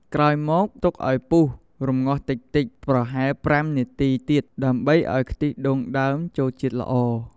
ក្រោយមក ទុកឱ្យពុះរំងាស់តិចៗប្រហែល ៥ នាទីទៀត ដើម្បីឱ្យខ្ទិះដូងដើមចូលជាតិល្អ។